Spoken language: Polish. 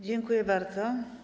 Dziękuję bardzo.